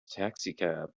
taxicab